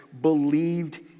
believed